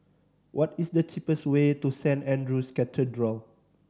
what is the cheapest way to Saint Andrew's Cathedral